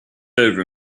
over